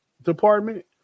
department